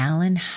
Alan